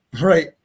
right